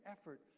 effort